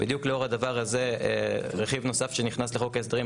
בדיוק לאור הדבר הזה רכיב נוסף שנכנס לחוק ההסדרים,